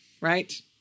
Right